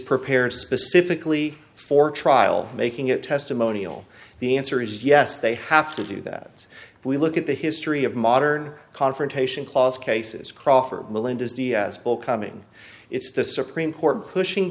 prepared specifically for trial making it testimonial the answer is yes they have to do that if we look at the history of modern confrontation clause cases crawford melinda's the ball coming it's the supreme court pushing